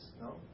No